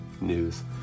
news